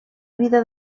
vida